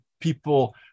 people